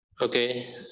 okay